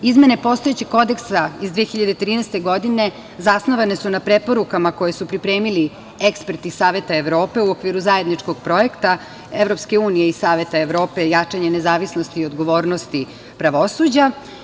Izmene postojećeg Kodeksa iz 2013. godine zasnovane su na preporukama koje su pripremili eksperti Saveta Evrope u okviru zajedničkog projekta EU i Saveta Evrope – jačanje nezavisnosti i odgovornosti pravosuđa.